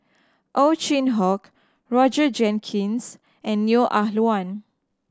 Ow Chin Hock Roger Jenkins and Neo Ah Luan